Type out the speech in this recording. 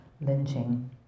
lynching